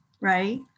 right